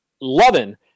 loving